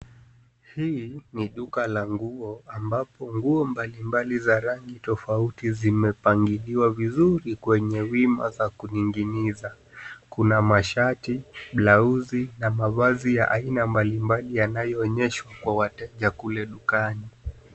Hii ni duka la nguo ambapo nguo mbali mbali za rangi tofauti zimepangiliwa vizuri kwenye wima za kuning'iniza. Kuna mashati, blausi na mavazi ya aina mbali mbali yanayoonyeshwa kwa wateja kule dukani.